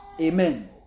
Amen